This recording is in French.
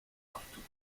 partout